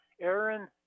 Aaron